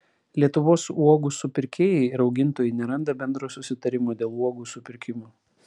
lietuvos uogų supirkėjai ir augintojai neranda bendro susitarimo dėl uogų supirkimo